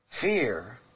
fear